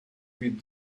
with